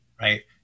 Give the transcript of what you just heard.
right